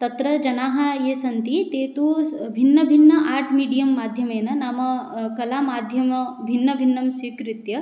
तत्र जनाः ये सन्ति ते तु भिन्नभिन्नम् आर्ट् मीडियं माध्यमेन नाम कलामाध्यमं भिन्नभिन्नं स्वीकृत्य